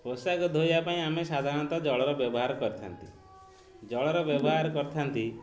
ପୋଷାକ ଧୋଇବା ପାଇଁ ଆମେ ସାଧାରଣତଃ ଜଳର ବ୍ୟବହାର କରିଥାନ୍ତି ଜଳର ବ୍ୟବହାର କରିଥାନ୍ତି